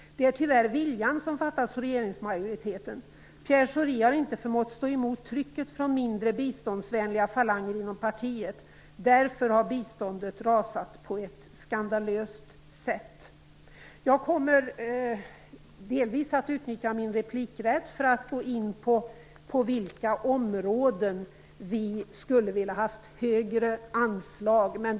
Det är tyvärr viljan som fattas hos regeringsmajoriteten. Pierre Schori har inte förmått stå emot trycket från mindre biståndsvänliga falanger inom partiet. Därför har biståndet rasat på ett skandalöst sätt. Jag kommer delvis att utnyttja min replikrätt för att gå in de områden som vi hade velat ha högre anslag på.